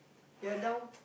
they are down